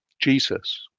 Jesus